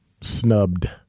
snubbed